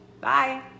Bye